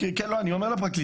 כן, לא, אני אומר לפרקליטות.